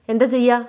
എന്ത ചെയ്യുക